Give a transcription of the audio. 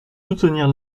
soutenir